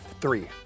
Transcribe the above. Three